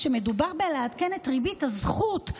כשמדובר בלעדכן את ריבית הזכות,